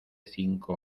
cinco